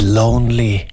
lonely